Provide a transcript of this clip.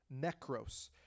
Necros